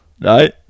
Right